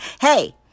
hey